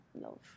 love